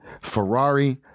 Ferrari